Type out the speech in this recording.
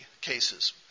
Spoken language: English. cases